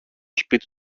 σπίτι